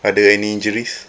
are there any injuries